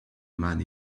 man